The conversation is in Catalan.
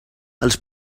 els